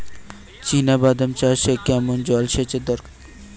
চিনাবাদাম চাষে কেমন জলসেচের দরকার?